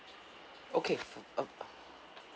okay uh